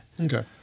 okay